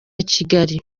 kigali